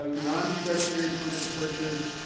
ah non-discretionary permit-to-purchase,